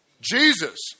Jesus